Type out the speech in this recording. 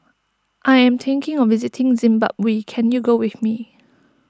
I am thinking of visiting Zimbabwe can you go with me